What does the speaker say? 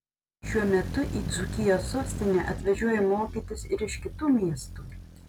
šiuo metu į dzūkijos sostinę atvažiuoja mokytis ir iš kitų miestų